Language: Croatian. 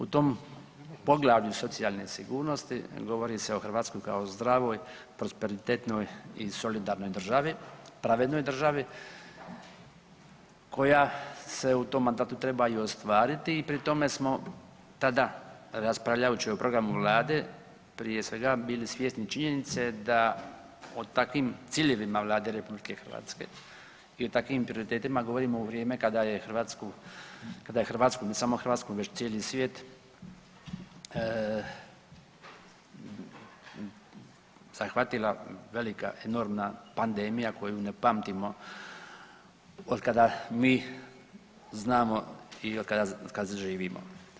U tom poglavlju socijalne sigurnosti, govori se o Hrvatskoj kao zdravoj, prosperitetnoj i solidarnoj državi, pravednoj državi koja se u tom mandatu treba i ostvariti i pri tome smo tada, raspravljajući o programu Vlade, prije svega, bili svjesni činjenice da o takvim ciljevima Vlade RH i o takvim prioritetima govorimo u vrijeme kada je Hrvatsku, kada je Hrvatsku, ne samo Hrvatsku, već cijeli svijet zahvatila velika, enormna pandemija koju ne pamtimo od kada mi znamo i od kad živimo.